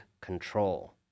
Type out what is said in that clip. control